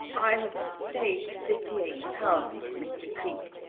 i have saved fifty-eight pounds, mr. cleek.